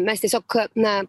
mes tiesiog na